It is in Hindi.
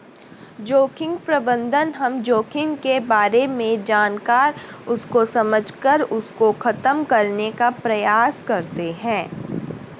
जोखिम प्रबंधन हम जोखिम के बारे में जानकर उसको समझकर उसको खत्म करने का प्रयास करते हैं